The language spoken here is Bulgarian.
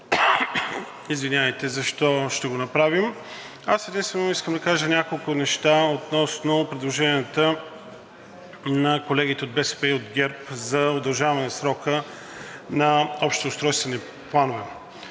мотиви защо ще го направим. Аз единствено искам да кажа няколко неща относно предложенията на колегите от БСП и от ГЕРБ за удължаване срока на общи устройствени планове.